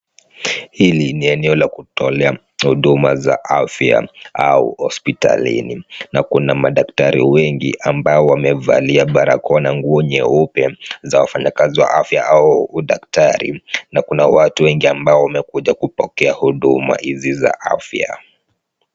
Hili ni eneo la kutolea huduma za afya au hospitalini, na kuna madaktari wengi ambao wamevalia barakoa na nguo nyeupe, za wafanyakazi wa afya au udaktari, na kuna watu wengi ambao wamekuja kupokea huduma hizi za afya.